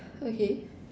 okay